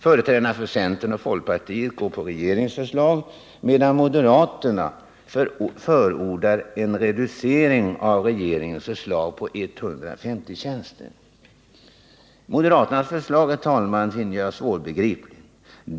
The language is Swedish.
Företrädarna för centern och folkpartiet går på regeringens förslag medan moderaterna förordar en reducering av regeringens förslag med 150 tjänster. Moderaternas förslag är svårbegripligt.